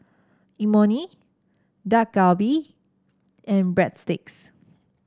Imoni Dak Galbi and Breadsticks